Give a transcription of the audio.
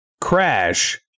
crash